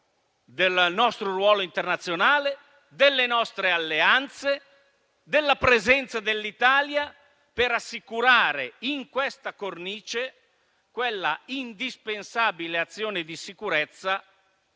del nostro ruolo internazionale, delle nostre alleanze e della presenza dell'Italia per assicurare in questa cornice quell'indispensabile azione di sicurezza